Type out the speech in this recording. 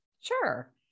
Sure